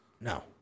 No